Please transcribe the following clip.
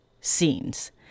scenes